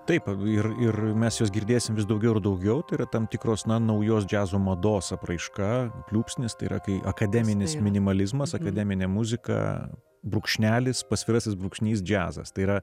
taip ir ir mes juos girdės vis daugiau ir daugiau turi tam tikrosna naujos džiazo mados apraiška pliūpsnis tai yra kai akademinis minimalizmas akademinė muzika brūkšnelis pasvyrasis brūkšnys džiazas tai yra